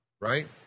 right